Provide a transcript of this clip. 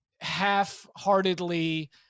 half-heartedly –